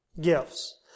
gifts